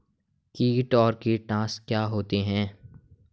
कीट और कीटनाशक क्या होते हैं?